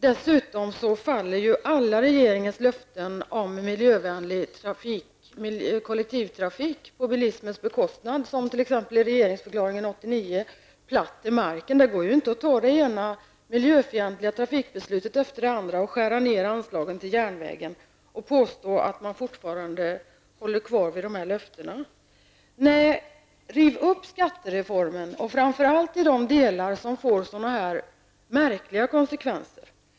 Dessutom faller ju regeringens löften om miljövänlig kollektivtrafik på bilismens bekostnad, som lovades i t.ex. regeringsförklaringen 1989, platt till marken. Det går inte att fatta det ena miljöfientliga trafikbeslutet efter det andra och skära ner anslagen till järnvägen och påstå att man fortfarande håller fast vid sina löften. Nej, riv upp skattereformen, framför allt i de delar som får så här märkliga konsekvenser.